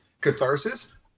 catharsis